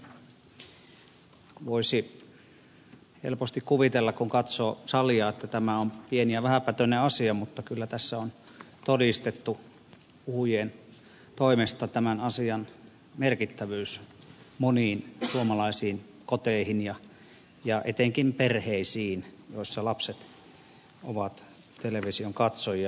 voisi helposti kuvitella kun katsoo salia että tämä on pieni ja vähäpätöinen asia mutta kyllä tässä on todistettu puhujien toimesta tämän asian merkittävyys monissa suomalaisissa kodeissa ja etenkin perheissä joissa lapset ovat television katsojia